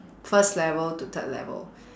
first level to third level